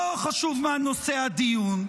לא חשוב מה נושא הדיון,